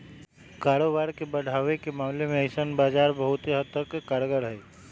कारोबार के बढ़ावे के मामले में ऐसन बाजारवन बहुत हद तक कारगर हई